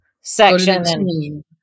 section